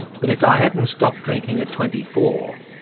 but if i hadn't stopped drinking at twenty four,